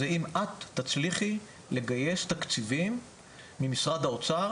זה אם את תצליחי לגייס תקציבים ממשרד האוצר,